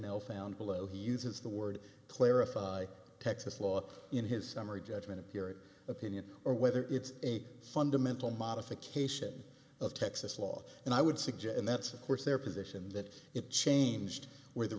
know found below he uses the word clarify texas law in his summary judgment of your opinion or whether it's a fundamental modification of texas law and i would suggest and that's of course their position that it changed w